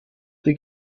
die